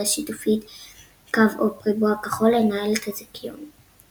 שיתופית קו-אופ ריבוע כחול" לנהל את הזיכיון.